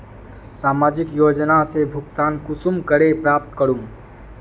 सामाजिक योजना से भुगतान कुंसम करे प्राप्त करूम?